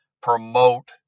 promote